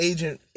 Agent